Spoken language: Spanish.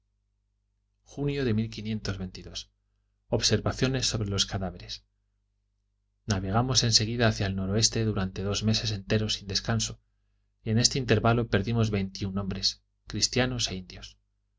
observaciones sobre los cadáveres navegamos en seguida hacia el noroeste durante dos meses enteros sin descanso y en este intervalo perdimos veintiún hombres cristianos